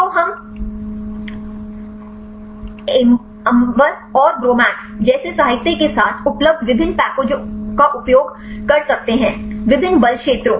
तो हम एम्बर या ग्रोमैक जैसे साहित्य के साथ उपलब्ध विभिन्न पैकेजों का उपयोग कर सकते हैं विभिन्न बल क्षेत्रों